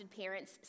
parents